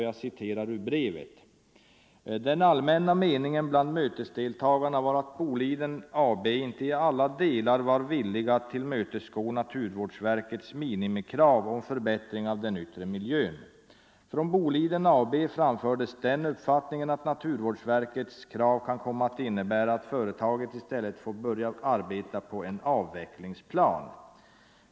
Jag citerar ur brevet: ”Den allmänna meningen bland mötesdeltagarna var att Boliden AB inte i alla delar var villiga att tillmötesgå Naturvårdsverkets minimikrav om förbättring av den yttre miljön. Från Boliden AB framfördes den uppfattningen att Naturvårdsverkets krav kan komma att innebära att företaget i stället får börja arbeta på en avvecklingsplan.